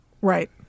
Right